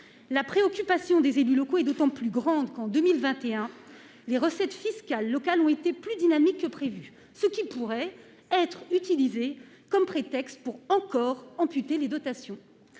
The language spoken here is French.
la préoccupation des élus locaux et d'autant plus grande qu'en 2021, les recettes fiscales locales ont été plus dynamique que prévu, ce qui pourrait être utilisée comme prétexte pour encore amputer les dotations